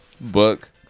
Book